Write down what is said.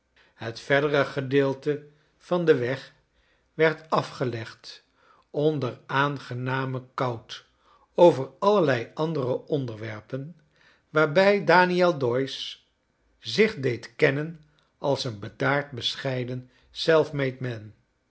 het verdere gedeelte van den weg werd afgelegd onder aangenamen kout over allerlei andere onderwerpen waar bij daniel doyce zich deed ken on als een bedaard bescheiden self-made man